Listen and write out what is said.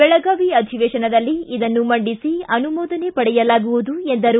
ಬೆಳಗಾವಿ ಅಧಿವೇತನದಲ್ಲಿ ಇದನ್ನು ಮಂಡಿಸಿ ಅನುಮೋದನೆ ಪಡೆಯಲಾಗುವುದು ಎಂದರು